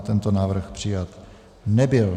Tento návrh přijat nebyl.